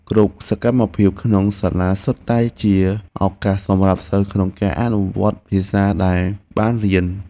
គ្រប់សកម្មភាពក្នុងសាលាសុទ្ធតែជាឱកាសសម្រាប់សិស្សក្នុងការអនុវត្តភាសាដែលបានរៀន។